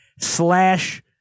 slash